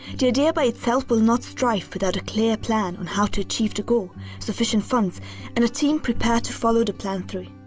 the idea by itself will not strive without a clear plan on how to achieve the goal sufficient funds and a team prepared to follow the plan through.